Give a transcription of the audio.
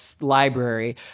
library